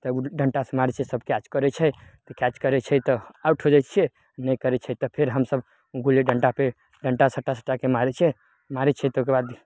तऽ गु डन्टासँ मारय छियै सभ कैच करय छै कैच करय छै तऽ आउट हो जाइ छियै नहि करय छै तऽ फेर हमसभ गुल्ली डन्टापर डन्टा सटा सटाके मारय छियै मारय छियै तऽ ओइके बाद